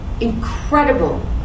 incredible